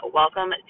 welcome